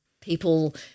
people